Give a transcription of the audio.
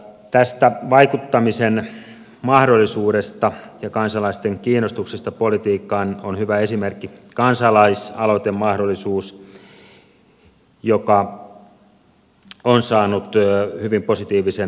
tästä vaikuttamisen mahdollisuudesta ja kansalaisten kiinnostuksesta politiikkaan on hyvä esimerkki kansalaisaloitemahdollisuus joka on saanut hyvin positiivisen vastaanoton